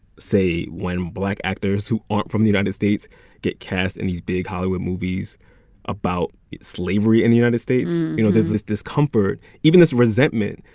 say, when black actors who aren't from the united states get cast in these big hollywood movies about slavery in the united states, you know, there's this discomfort, even this resentment,